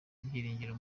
ibyiringiro